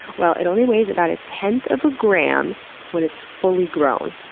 well, it only weighs about a tenth of a gram when it's fully grown.